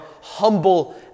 humble